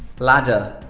ladder